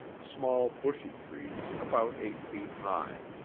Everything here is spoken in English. small bushy trees about eight feet high.